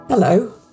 Hello